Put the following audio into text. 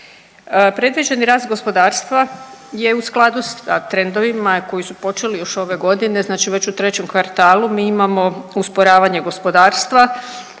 Predviđeni rast gospodarstva je u skladu sa trendovima koji su počeli još ove godine, znači već u 3. kvartalu mi imamo usporavanje gospodarstva,